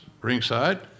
ringside